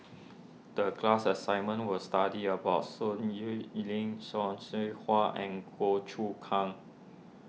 the class assignment was study about Sun Xueling Seow Hwa and Goh Choon Kang